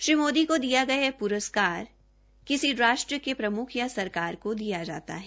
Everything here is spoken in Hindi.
श्री मोदी को दिया गया यह रस्कार किसी राष्ट्र के प्रमुख या सरकार को दिया जाता है